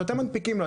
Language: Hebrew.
שאתם מנפיקים לו?